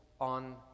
on